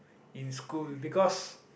in school because